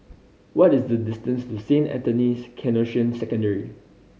what is the distance to Saint Anthony's Canossian Secondary